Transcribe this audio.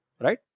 right